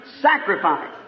sacrifice